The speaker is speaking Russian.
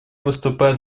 выступает